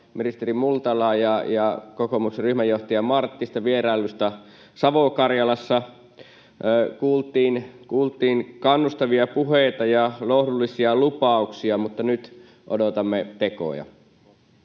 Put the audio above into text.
ministeri Multalaa ja kokoomuksen ryhmäjohtaja Marttista vierailusta Savo-Karjalassa. Kuultiin kannustavia puheita ja lohdullisia lupauksia, mutta nyt odotamme tekoja,